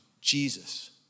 Jesus